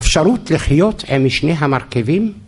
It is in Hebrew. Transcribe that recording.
‫אפשרות לחיות משני המרכיבים?